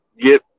get